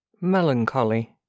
Melancholy